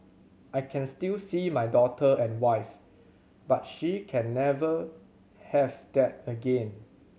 I can still see my daughter and wife but she can never have that again